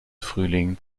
frühling